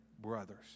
brothers